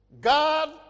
God